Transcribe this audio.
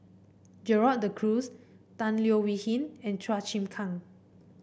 Gerald De Cruz Tan Leo Wee Hin and Chua Chim Kang